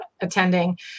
attending